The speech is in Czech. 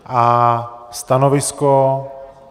A stanovisko?